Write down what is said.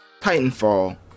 Titanfall